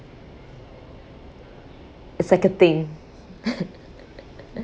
it's like a thing